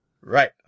Right